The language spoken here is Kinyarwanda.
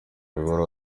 ibaruwa